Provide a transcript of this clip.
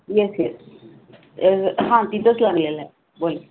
yes yes हा तिथंच लागलेला आहे बोला